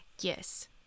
Yes